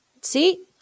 See